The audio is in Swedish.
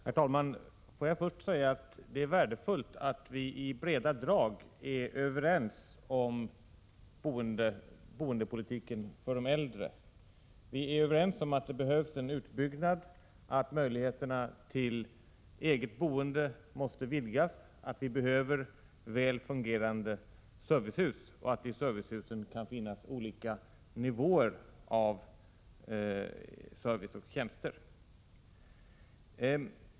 Herr talman! Får jag först säga att det är värdefullt att vi i breda drag är överens om boendepolitiken när det gäller de äldre. Vi är överens om att det behövs en utbyggnad, att möjligheterna till eget boende måste vidgas, att vi behöver väl fungerande servicehus och att det i servicehusen kan finnas olika nivåer i fråga om service och tjänster.